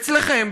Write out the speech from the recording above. אצלכם,